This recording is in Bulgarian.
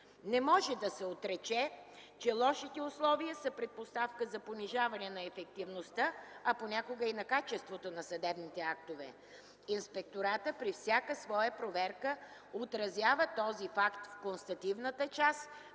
Не може да се отрече, че лошите условия са предпоставка за понижаване на ефективността, а понякога и на качеството на съдебните актове. Инспекторатът при всяка своя проверка отразява този факт в констативната част,